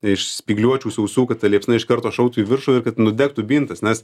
iš spygliuočių sausų kad ta liepsna iš karto šautų į viršų kad nudegtų bintas nes